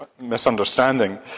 misunderstanding